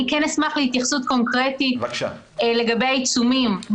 כן אשמח להתייחסות קונקרטית לגבי עיצומים.